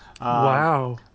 Wow